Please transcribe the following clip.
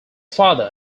father